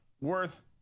worth